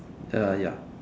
ah ya